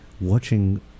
watching